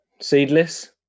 Seedless